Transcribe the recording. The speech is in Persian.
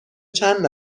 چند